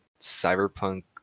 cyberpunk